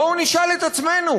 בואו נשאל את עצמנו: